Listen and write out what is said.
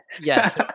yes